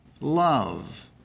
love